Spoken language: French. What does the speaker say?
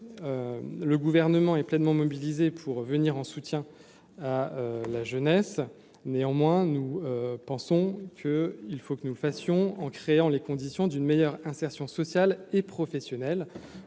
le gouvernement est pleinement mobilisé pour venir en soutien à la jeunesse, néanmoins, nous pensons que, il faut que nous fassions en créant les conditions d'une meilleure insertion sociale et professionnelle,